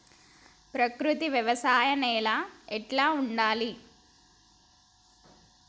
ప్రకృతి వ్యవసాయం నేల ఎట్లా ఉండాలి?